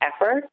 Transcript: effort